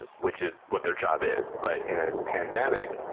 and which is what their job is. but in a pandemic,